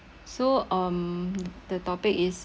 so um the topic is